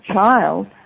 child